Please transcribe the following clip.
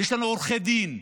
יש לנו עורכי דין,